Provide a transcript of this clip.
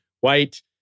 white